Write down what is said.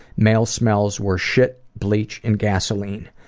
male smells were shit, bleach, and gasoline.